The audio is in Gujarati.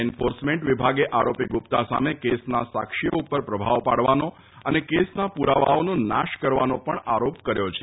એન્ફોર્સમેન્ટ વિભાગે આરોપી ગુપ્તા સામે કેસના સાક્ષીઓ ઉપર પ્રભાવ પાડવાનો અને કેસના પુરાવાઓનો નાશ કરવાનો પણ આરોપ કર્યો છે